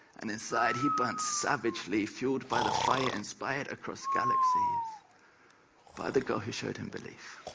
and inside he burned savagely, fueled by the fire inspired across galaxies by the girl who showed him belief.